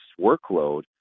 workload